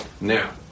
Now